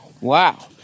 Wow